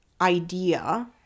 idea